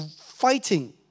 fighting